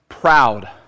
proud